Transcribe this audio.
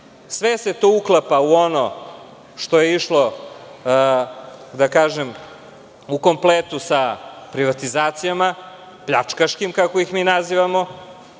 se to uklapa u ono što je išlo, da kažem, u kompletu sa privatizacijama, pljačkaškim, kako ih mi nazivamo,